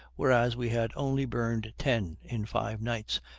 whereas we had only burned ten, in five nights,